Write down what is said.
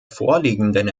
vorliegenden